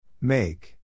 Make